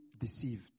deceived